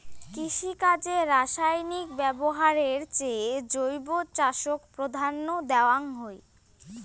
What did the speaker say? কৃষিকাজে রাসায়নিক ব্যবহারের চেয়ে জৈব চাষক প্রাধান্য দেওয়াং হই